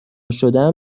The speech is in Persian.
شدهاند